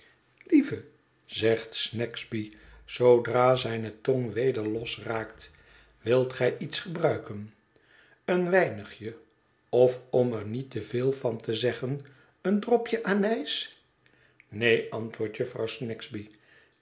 lieve zegt snagsby zoodra zijne tong weder losraakt wilt gij iets gebruiken een weinig e of om er niet te veel van te zeggen een dropje anijs neen antwoordt jufvrouw